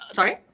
sorry